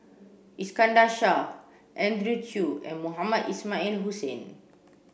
Iskandar Shah Andrew Chew and Mohamed Ismail Hussain